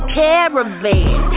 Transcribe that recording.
caravan